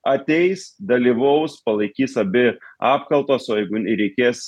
ateis dalyvaus palaikys abi apkaltos o jeigu ir reikės